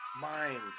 mind